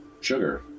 sugar